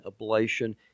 ablation